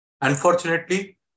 Unfortunately